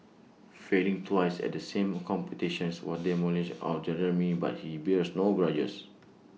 failing twice at the same competition was demoralising or Jeremy but he bears no grudges